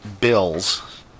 bills